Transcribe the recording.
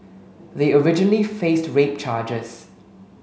they originally faced rape charges